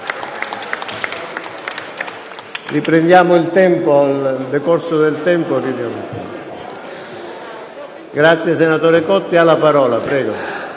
Grazie